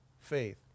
faith